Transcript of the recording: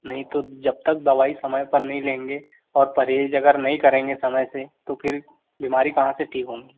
नहीं तो जब तक दवाई समय पर नहीं लेंगे और परहेज़ अगर नहीं करेंगे समय से तो फिर बीमारी कहाँ से ठीक होगी